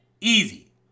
easy